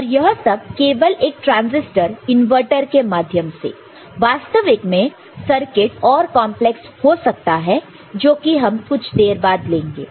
और यह सब केवल एक ट्रांजिस्टर इनवर्टर के माध्यम से वास्तविक में सर्किट और कंपलेक्स हो सकता जो कि हम कुछ देर बाद लेंगे